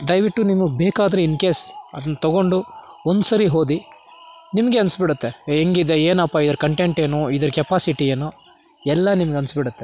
ದಯವಿಟ್ಟು ನಿಮಗೆ ಬೇಕಾದರೆ ಇನ್ ಕೇಸ್ ಅದನ್ನು ತಗೊಂಡು ಒಂದು ಸರಿ ಓದಿ ನಿಮಗೆ ಅನ್ಸಿ ಬಿಡತ್ತೆ ಹೇಗಿದೆ ಏನಪ್ಪ ಇದರ ಕಂಟೆಂಟ್ ಏನು ಇದರ ಕೆಪಾಸಿಟಿ ಏನು ಎಲ್ಲ ನಿಮ್ಗೆ ಅನ್ಸಿ ಬಿಡತ್ತೆ